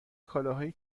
کالاهایی